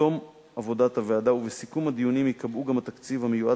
בתום עבודת הוועדה ובסיכום הדיונים ייקבעו גם התקציב המיועד